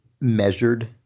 measured